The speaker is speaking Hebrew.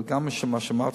אבל מה שאמרתי,